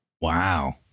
wow